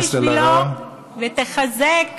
שתעבוד בשבילו, ותחזק